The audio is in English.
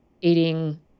eating